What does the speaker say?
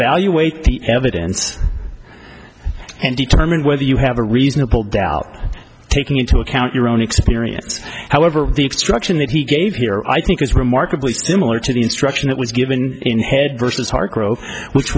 evaluate the evidence and determine whether you have a reasonable doubt taking into account your own experience however the extraction that he gave here i think is remarkably similar to the instruction that was given in head versus heart growth which